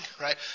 right